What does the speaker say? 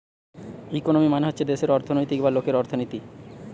economy মানে হচ্ছে দেশের অর্থনৈতিক বা লোকের অর্থনীতি